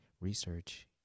research